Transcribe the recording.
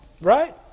right